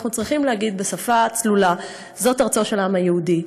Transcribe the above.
אנחנו צריכים להגיד בשפה צלולה: זאת ארצו של העם היהודי.